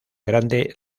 grande